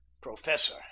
Professor